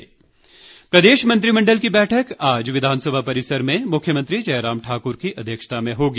cabinet बैठक प्रदेश मंत्रिमंडल की बैठक आज विघानसभा परिसर में मुख्यमंत्री जयराम ठाकुर की अध्यक्षता में होगी